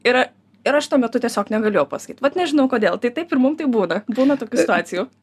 ir ir aš tuo metu tiesiog negalėjau pasakyt vat nežinau kodėl tai taip taip būna gaila tokių situacijų